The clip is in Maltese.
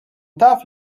taf